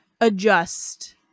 adjust